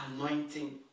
anointing